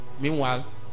Meanwhile